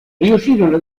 riuscirono